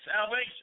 salvation